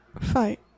fight